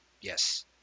Yes